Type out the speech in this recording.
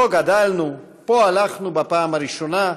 פה גדלנו, פה הלכנו בפעם הראשונה,